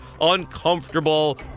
uncomfortable